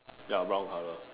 ya brown color